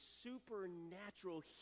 supernatural